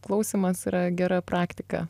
klausymas yra gera praktika